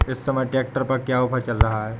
इस समय ट्रैक्टर पर क्या ऑफर चल रहा है?